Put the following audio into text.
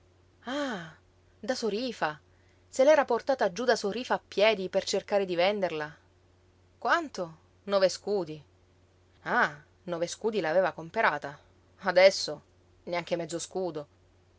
ah da sorífa se l'era portata giú da sorífa a piedi per cercare di venderla quanto nove scudi ah nove scudi l'aveva comperata adesso neanche mezzo scudo